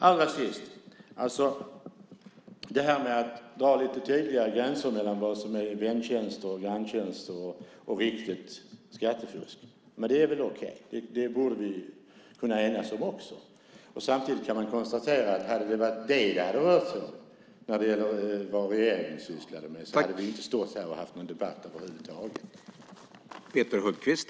Allra sist: Det här med att man ska dra lite tydligare gränser mellan vad som är väntjänster eller granntjänster och riktigt skattefusk är väl okej. Det bör vi kunna enas om. Samtidigt kan man konstatera att om det hade handlat om det när det gällde vad regeringen sysslade med hade vi inte stått här och haft en debatt över huvud taget.